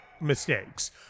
mistakes